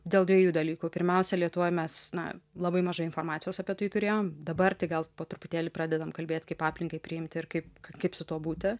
dėl dviejų dalykų pirmiausia lietuvoj mes na labai mažai informacijos apie tai turėjom dabar gal po truputėlį pradedam kalbėt kaip aplinkai priimti ir kaip kaip su tuo būti